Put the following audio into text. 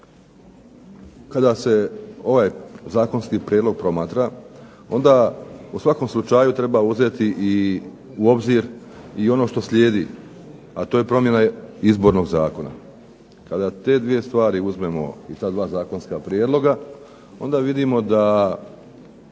kada se ovaj zakonski prijedlog promatra onda u svakom slučaju treba uzeti u obzir i ono što slijedi, a to je promjena Izbornog zakona. Kada te dvije stvari uzmemo i ta dva zakonska prijedloga, onda vidimo da